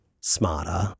smarter